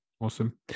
Awesome